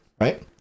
right